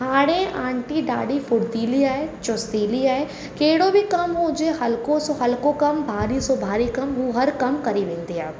हाणे आंटी ॾाढी फुर्तीली आहे चुस्तीली आहे कहिड़ो बि कमु हुजे हल्को सो हल्को कमु भारी सो भारी कमु हू हर कमु करे वेंदी आहे